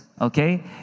okay